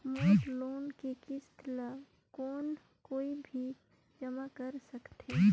मोर loan के किस्त ल कौन कोई भी जमा कर सकथे?